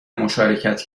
مشارکت